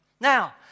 Now